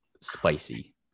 spicy